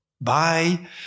bye